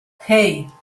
hey